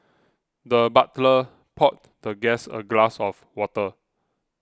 the butler poured the guest a glass of water